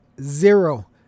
Zero